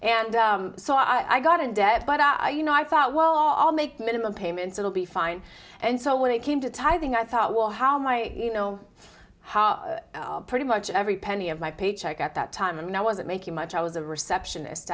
and so i got in debt but i you know i thought well i'll make minimum payments it'll be fine and so when it came to tithing i thought well how my you know how pretty much every penny of my paycheck at that time and i wasn't making much i was a receptionist